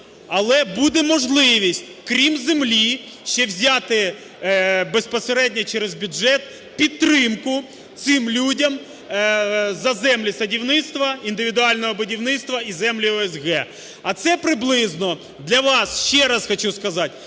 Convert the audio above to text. Але буде можливість, крім землі, ще взяти безпосередньо через бюджет підтримку цим людям за землі садівництва, індивідуального будівництва і землі ОСГ. А це приблизно для вас, ще раз хочу сказати,